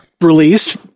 released